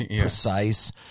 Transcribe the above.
precise